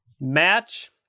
Match